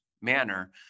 manner